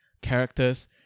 characters